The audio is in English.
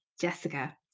Jessica